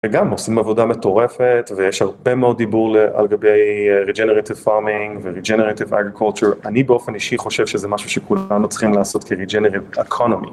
וגם עושים עבודה מטורפת, ויש הרבה מאוד דיבור לגבי רג'נרטיב פארמינג ורג'נרטיב אגר-קולטור, אני באופן אישי חושב שזה משהו שכולנו צריכים לעשות כרג'נרטיב אקונומי.